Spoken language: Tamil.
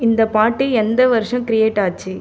இந்த பாட்டு எந்த வருஷம் க்ரியேட் ஆச்சு